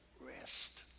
rest